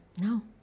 No